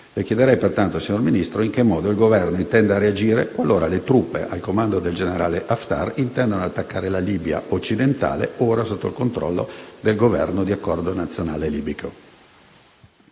Le chiedo pertanto, signor Ministro, in che modo il Governo intenda reagire qualora le truppe al comando del generale Haftar intendano attaccare la Libia occidentale ora sotto il controllo del Governo di accordo nazionale libico.